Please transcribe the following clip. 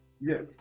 Yes